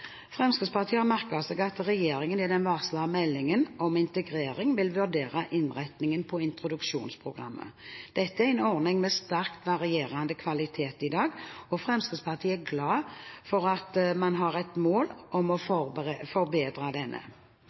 Fremskrittspartiet har merket seg at regjeringen i den varslede meldingen om integrering vil vurdere innretningen på introduksjonsprogrammet. Dette er i dag en ordning med sterkt varierende kvalitet, og Fremskrittspartiet er glad for at man har et mål om å forbedre denne.